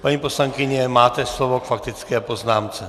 Paní poslankyně, máte slovo k faktické poznámce.